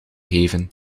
geven